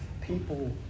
people